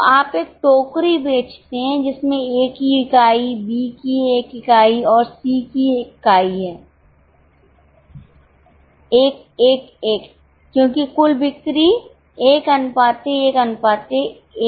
तो आप एक टोकरी बेचते हैं जिसमें a की एक इकाई b की एक इकाई और c की एक इकाई है 1 1 1 क्योंकि कुल बिक्री 111 मे हैं 202020 है